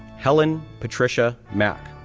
helen patricia mak,